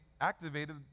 activated